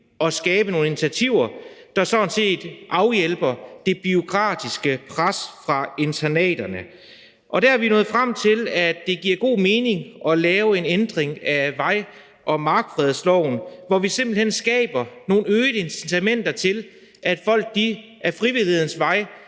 at skabe nogle initiativer, der afhjælper det bureaukratiske pres på internaterne. Og der er vi nået frem til, at det giver god mening at lave en ændring af mark- og vejfredsloven, hvor vi skaber nogle øgede incitamenter til, at folk ad frivillighedens vej